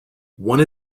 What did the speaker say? one